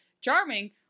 Charming